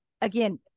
again